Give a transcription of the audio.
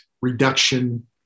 reduction